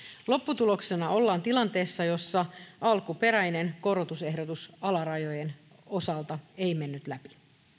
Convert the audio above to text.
lopputuloksena ollaan tilanteessa jossa alkuperäinen korotusehdotus alarajojen osalta ei mennyt läpi